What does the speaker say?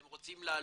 הם רוצים לעלות,